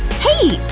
hey!